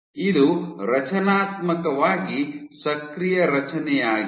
ಇದು ರಚನಾತ್ಮಕವಾಗಿ ಸಕ್ರಿಯ ರಚನೆಯಾಗಿದೆ